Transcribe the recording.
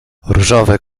różowe